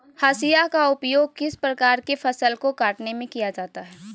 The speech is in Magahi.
हाशिया का उपयोग किस प्रकार के फसल को कटने में किया जाता है?